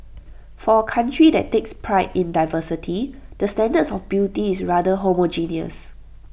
for A country that takes pride in diversity the standards of beauty is rather homogeneous